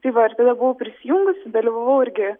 tai va aš tada buvau prisijungusi dalyvavau irgi